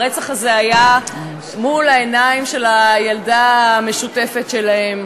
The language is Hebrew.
הרצח הזה היה מול העיניים של הילדה המשותפת שלהם.